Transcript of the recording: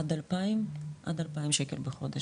עד 2,000 ₪ בחודש.